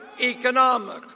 economic